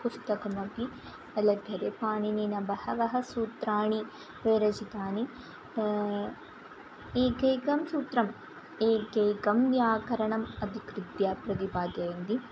पुस्तकमपि लभ्यते पाणिनिना बहवः सूत्राणि विरचितानि एकैकं सूत्रम् एकैकं व्याकरणम् अधिकृत्य प्रदिपादयन्ति